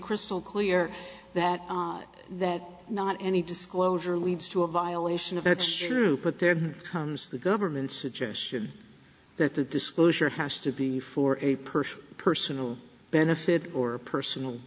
crystal clear that that not any disclosure leads to a violation of that's true but there comes the government's suggestion that the disclosure has to be for a person personal benefit or personal